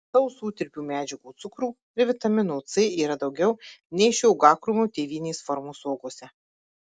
sausų tirpių medžiagų cukrų ir vitamino c yra daugiau nei šio uogakrūmio tėvinės formos uogose